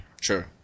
sure